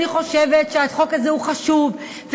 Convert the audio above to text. אני חושבת שהחוק הזה הוא חשוב,